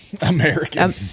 American